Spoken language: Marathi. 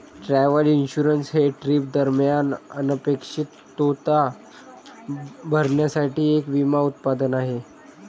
ट्रॅव्हल इन्शुरन्स हे ट्रिप दरम्यान अनपेक्षित तोटा भरण्यासाठी एक विमा उत्पादन आहे